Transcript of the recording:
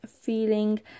feeling